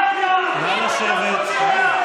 אתה פושע.